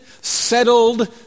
settled